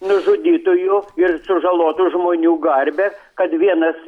nužudytųjų ir sužalotų žmonių garbę kad vienas